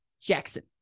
Jackson